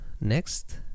next